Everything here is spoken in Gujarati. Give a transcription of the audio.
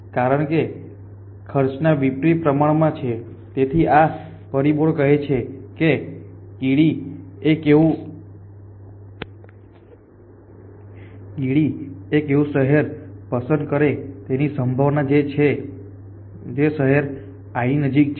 કારણ કે તે ખર્ચના વિપરીત પ્રમાણમાં છે તેથી આ પરિબળો કહે છે કે કીડી એક એવું શહેર પસંદ કરે તેવી સંભાવના છે જે શહેર i ની નજીક છે